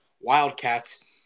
Wildcats